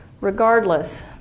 Regardless